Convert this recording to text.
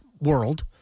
world